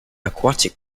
aquatic